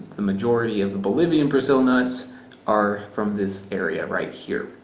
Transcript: the majority of the bolivian brazil nuts are from this area right here.